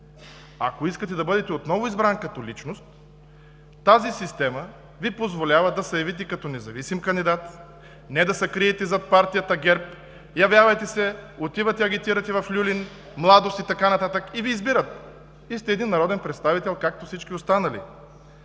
ако искате да бъдете отново избран като личност, тази система Ви позволява да се явите като независим кандидат не да се криете зад партията ГЕРБ. Явявате се, отивате и агитирате в „Люлин“, „Младост“ и така нататък. Избират Ви и сте народен представител както всички останали.